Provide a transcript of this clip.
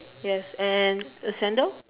yes and a sandal